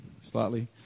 slightly